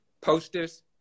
posters